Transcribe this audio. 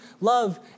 love